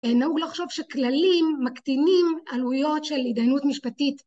נהוג לחשוב שכללים מקטינים עלויות של הדיינות משפטית